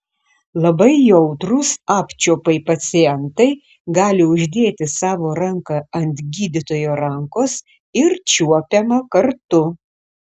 labai jautrūs apčiuopai pacientai gali uždėti savo ranką ant gydytojo rankos ir čiuopiama kartu